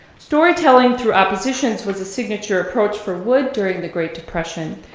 storytelling through oppositions was a signature approach for wood during the great depression,